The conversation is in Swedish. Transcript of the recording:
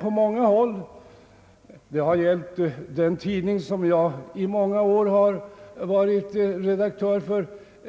På många håll — det har gällt den tidning som jag i många år varit redaktör för —